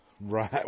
Right